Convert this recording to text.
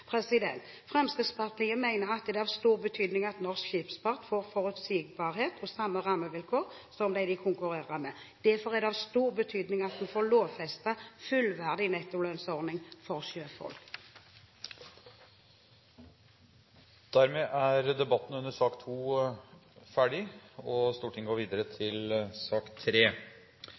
Fremskrittspartiet mener at det er av stor betydning at norsk skipsfart får forutsigbarhet og de samme rammevilkår som dem de konkurrerer med. Derfor er det av stor betydning at vi får en lovfestet, fullverdig nettolønnsordning for sjøfolk. Flere har ikke bedt om ordet til sak